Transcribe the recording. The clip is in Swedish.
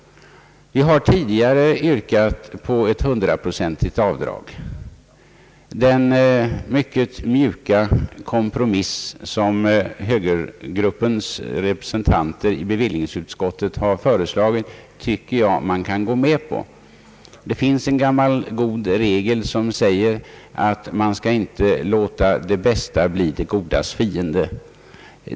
Vi har tidigare yrkat på hundraprocentigt avdrag. Den mycket mjuka kompromiss som högergruppens representanter i bevillningsutskottet har föreslagit tycker jag att man kan gå med på. Det finns en gammal god regel som säger att man inte skall låta det bästa bli det godas fiende.